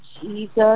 Jesus